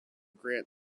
grant